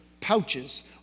pouches